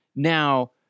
Now